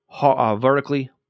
vertically